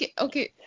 okay